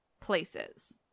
places